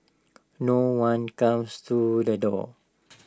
no one comes to the door